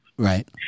Right